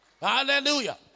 Hallelujah